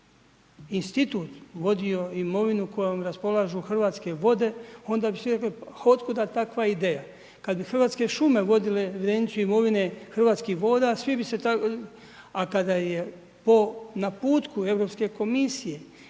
institut vodio imovinu, kojom raspolažu Hrvatske vode, onda bi svi rekli, od kuda takva ideja. Kada bi Hrvatske šume vodile evidenciju imovine Hrvatskih voda, svi bi se, a kada je po naputku Europske komisije